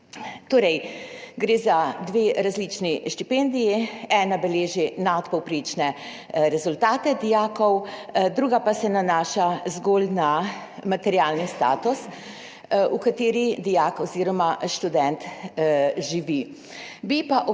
Torej gre za dve različni štipendiji, ena beleži nadpovprečne rezultate dijakov, druga pa se nanaša zgolj na materialni status, v kateri dijak oziroma študent živi.